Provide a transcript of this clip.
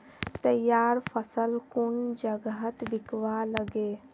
तैयार फसल कुन जगहत बिकवा लगे?